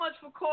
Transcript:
thank